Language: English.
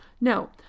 no